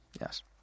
Yes